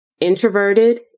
introverted